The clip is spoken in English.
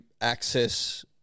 access